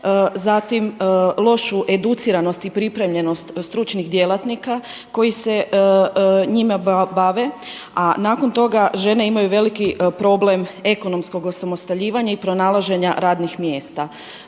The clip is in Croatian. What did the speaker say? zatim lošu educiranost i pripremljenost stručnih djelatnika koji se njime bave a nakon toga žene imaju veliki problem ekonomskog osamostaljivanja i pronalaženja radnih mjesta.